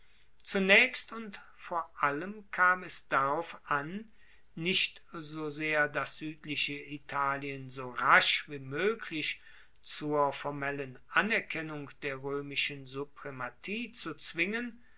zunaechst und vor allem kam es darauf an nicht so sehr das suedliche italien so rasch wie moeglich zur formellen anerkennung der roemischen suprematie zu zwingen